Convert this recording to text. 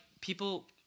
people